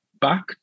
back